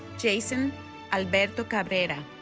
jason alberto cabrera